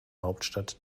hauptstadt